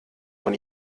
von